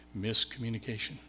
miscommunication